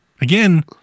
again